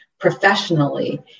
Professionally